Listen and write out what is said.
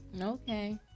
Okay